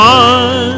on